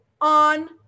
on